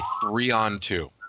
three-on-two